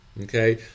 Okay